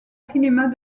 cinémas